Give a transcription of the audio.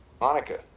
Monica